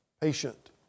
patient